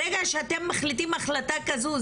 ברגע שאתם מחליטים החלטה כזו,